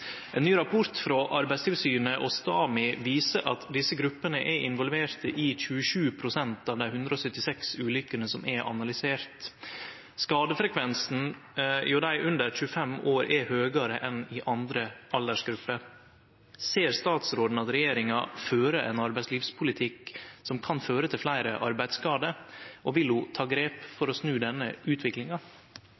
Ein ny rapport frå Arbeidstilsynet og STAMI syner at desse gruppene er involverte i 27 pst. av dei 176 ulykkene som er analyserte. Skadefrekvensen hjå dei under 25 år er høgare enn i andre aldersgrupper. Ser statsråden at regjeringa fører ein arbeidslivspolitikk som kan føre til fleire arbeidsskadar, og vil ho ta grep for